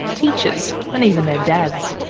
teachers, and even their dads.